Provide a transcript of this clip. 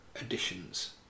additions